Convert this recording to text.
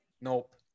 Nope